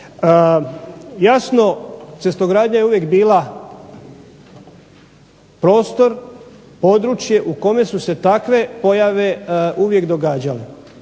Jasno cestogradnja je uvijek bila prostor, područje u kome su se takve pojave uvijek događale.